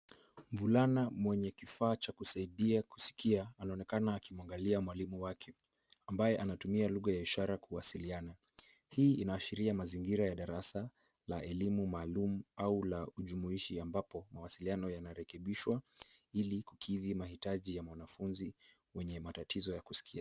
Mvulana mwenye kifaa cha kusaidia kusikia anaonekana akimwangalia mwalimu wake ambaye anatumia lugha ya ishara kuwasiliana. Hii inaashiria mazingira ya darasa la elimu maaluma au la ujumuishi ambapo mawasiliano yanarekebishwa ili kukidhi mahitaji ya mwanafunzi mwenye matatizo ya kusikia.